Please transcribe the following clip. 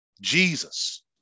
Jesus